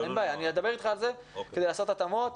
אין בעיה, אדבר אתך על זה כדי לעשות התאמות.